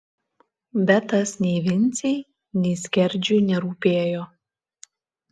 bet tas nei vincei nei skerdžiui nerūpėjo